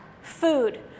Food